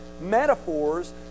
metaphors